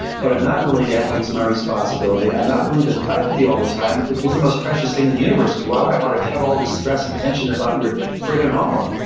but i'm not willing to act like it's my responsibility. i'm not willing to fight with you all the time. you're the most precious thing in the universe to me. why would i want to have all this stress and tension about your frigging homework?